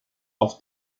auf